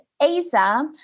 Asa